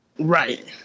right